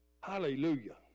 Hallelujah